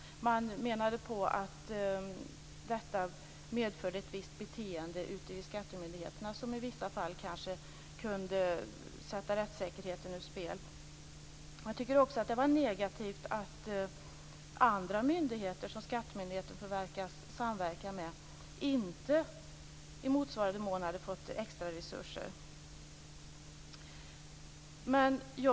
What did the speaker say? Man menade att detta medförde ett visst beteende ute på skattemyndigheterna, som i vissa fall kanske kunde sätta rättssäkerheten ur spel. Man tyckte också att det var negativt att andra myndigheter som skattemyndigheten förväntas samverka med inte hade fått extra resurser i motsvarande mån.